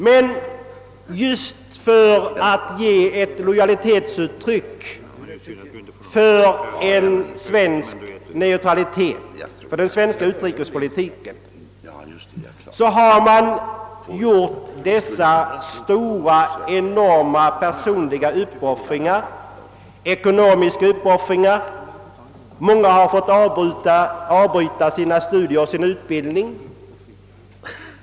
Men just för att ge ett lojalitetsuttryck för en svensk neutralitet, för den svenska utrikespolitiken, har man gjort dessa enorma personliga och ekonomiska uppoffringar. Många har fått avbryta sina studier och sin utbildning.